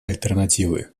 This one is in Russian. альтернативы